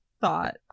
thought